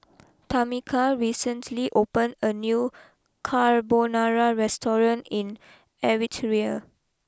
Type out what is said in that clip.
Tameka recently opened a new Carbonara restaurant in Eritrea